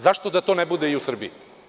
Zašto da to ne bude i u Srbiji?